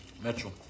Metro